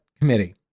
committee